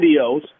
videos